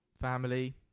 family